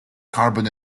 carbon